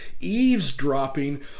eavesdropping